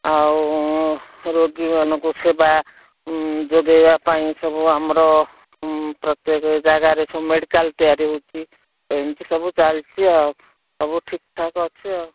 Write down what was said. ଆଉ ରୋଗୀମାନଙ୍କୁ ସେବା ଯୋଗେଇବା ପାଇଁ ସବୁ ଆମର ପ୍ରତ୍ୟେକ ଜାଗାରେ ସବୁ ମେଡ଼ିକାଲ ତିଆରି ହେଉଛି ଏମିତି ସବୁ ଚାଲିଛି ଆଉ ସବୁ ଠିକ ଠାକ୍ ଅଛି ଆଉ